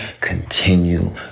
continue